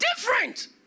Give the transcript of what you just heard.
different